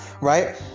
right